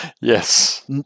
Yes